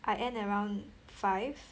I end around five